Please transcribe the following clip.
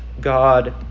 God